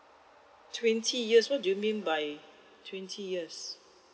twenty years what do you mean by twenty years